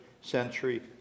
century